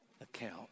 account